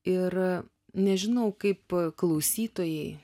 ir nežinau kaip klausytojai